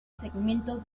segmentos